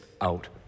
out